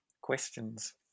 Questions